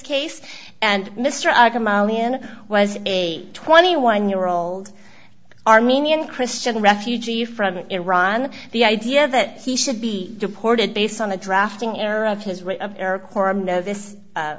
scase and mister was twenty one year old armenian christian refugee from iran the idea that he should be deported based on the drafting error of his